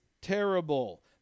terrible